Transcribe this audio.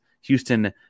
Houston